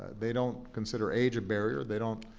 they don't consider age a barrier. they don't